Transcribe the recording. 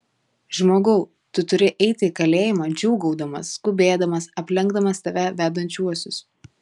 žmogau tu turi eiti į kalėjimą džiūgaudamas skubėdamas aplenkdamas tave vedančiuosius